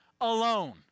alone